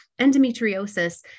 endometriosis